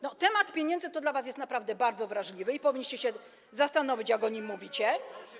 No temat pieniędzy dla was jest naprawdę bardzo wrażliwy i powinniście się zastanowić, kiedy o tym mówicie.